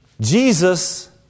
Jesus